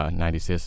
96